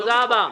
תודה רבה.